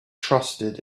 trusted